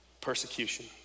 Persecution